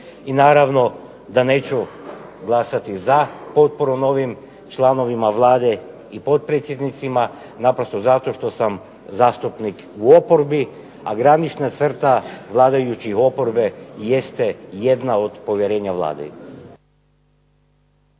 I naravno da neću glasati za potporu novim članovima Vlade i potpredsjednicima naprosto zato što sam zastupnik u oporbi, a granična crta vladajućih i oporbe jeste jedna od povjerenja Vlade.